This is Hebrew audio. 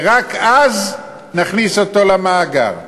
ורק אז נכניס אותו למאגר.